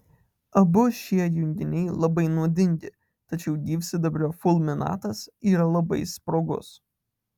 abu šie junginiai labai nuodingi tačiau gyvsidabrio fulminatas yra labai sprogus